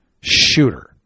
shooter